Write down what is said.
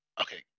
Okay